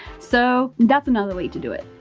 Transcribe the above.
so that's another way to do it.